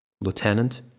Lieutenant